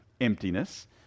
emptiness